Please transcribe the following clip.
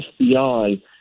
FBI